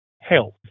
Health